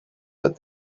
but